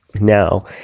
now